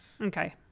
okay